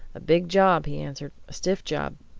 a big job! he answered. a stiff job!